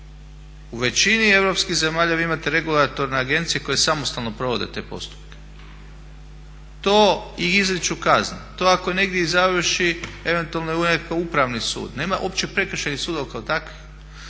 U većini europskih zemalja vi imate regulatorne agencije koje samostalno provode te postupke. To i izriču kazne. To ako i negdje i završi eventualno u nekakav Upravni sud. Nema uopće prekršajnih sudova kao takvih.